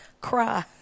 cry